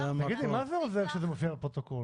תגידי, מה זה עוזר שזה מופיע בפרוטוקול?